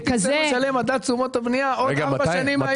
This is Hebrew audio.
צריך לשלם את מדד תשומות הבנייה עוד ארבע שנים מהיום.